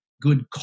good